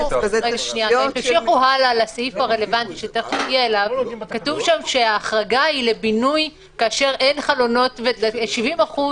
אליו, כתוב שההחרגה היא למקום שעד 70%